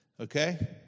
Okay